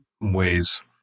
ways